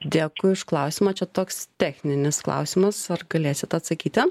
dėkui už klausimą čia toks techninis klausimas ar galėsit atsakyti